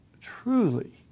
truly